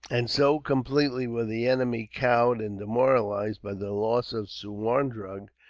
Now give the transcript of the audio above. and so completely were the enemy cowed and demoralized, by the loss of suwarndrug,